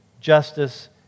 justice